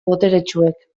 boteretsuek